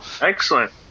Excellent